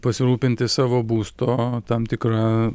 pasirūpinti savo būsto tam tikra